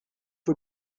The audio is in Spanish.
fue